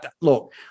Look